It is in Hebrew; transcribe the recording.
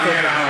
די, נגמר הזמן.